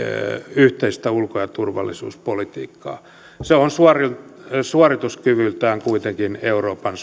yhteistä ulko ja turvallisuuspolitiikkaa se on suorituskyvyltään kuitenkin euroopan